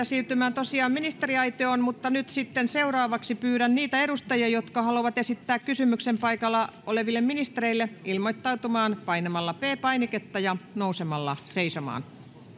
siirtymään tosiaan ministeriaitioon mutta nyt sitten seuraavaksi pyydän niitä edustajia jotka haluavat esittää kysymyksen paikalla oleville ministereille ilmoittautumaan painamalla p painiketta ja nousemalla seisomaan